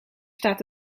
staat